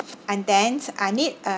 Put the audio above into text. and then I need a